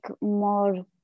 more